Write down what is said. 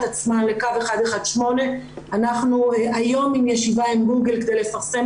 עצמן לקו 118. היום אנחנו בישיבה עם גוגל כדי לפרסם